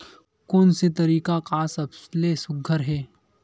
कोन से तरीका का सबले सुघ्घर हे?